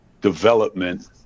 development